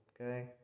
okay